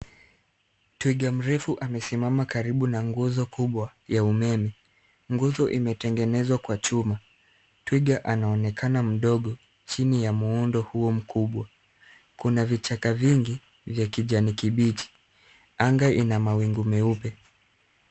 Twiga mrefu amesimama karibu na nguzo kubwa ya umeme. Nguzo imetengenezwa kwa chuma. Twiga anaonekana mdogo chini ya muundo huo mkubwa. Kuna vichaka vingi vya kijani kibichi. Anga ina mawingu meupe.